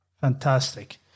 Fantastic